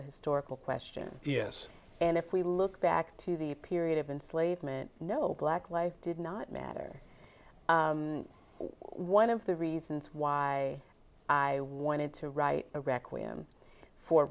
a historical question yes and if we look back to the period of an slave meant no black life did not matter one of the reasons why i wanted to write a requiem for